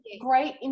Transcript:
great